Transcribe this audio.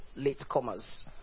latecomers